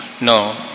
No